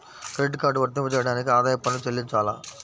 Credit card వర్తింపజేయడానికి ఆదాయపు పన్ను చెల్లించాలా?